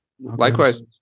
Likewise